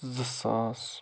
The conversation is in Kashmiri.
زٕ ساس